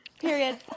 Period